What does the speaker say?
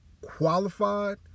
qualified